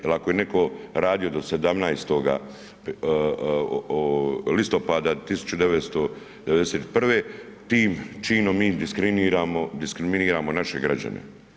Jer ako je netko radio do 17. listopada 1991. tim činom mi diskriminiramo naše građane.